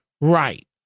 right